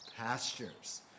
pastures